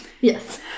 yes